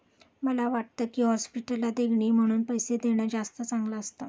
मला वाटतं की, हॉस्पिटलला देणगी म्हणून पैसे देणं जास्त चांगलं असतं